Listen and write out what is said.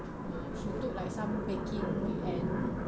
uh she took like some baking and